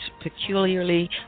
peculiarly